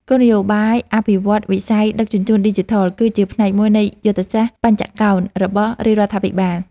គោលនយោបាយអភិវឌ្ឍន៍វិស័យដឹកជញ្ជូនឌីជីថល គឺជាផ្នែកមួយនៃយុទ្ធសាស្ត្របញ្ចកោណរបស់រាជរដ្ឋាភិបាល។